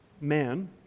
man